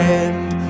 end